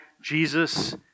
Jesus